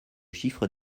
chiffre